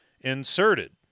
inserted